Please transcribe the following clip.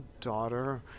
daughter